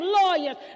lawyers